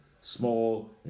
small